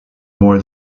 more